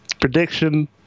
Prediction